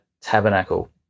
tabernacle